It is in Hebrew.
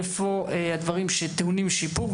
איפה הדברים שטעונים שיפור,